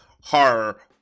horror